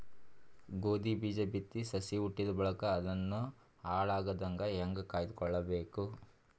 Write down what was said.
ಗೋಧಿ ಬೀಜ ಬಿತ್ತಿ ಸಸಿ ಹುಟ್ಟಿದ ಬಳಿಕ ಅದನ್ನು ಹಾಳಾಗದಂಗ ಹೇಂಗ ಕಾಯ್ದುಕೊಳಬೇಕು?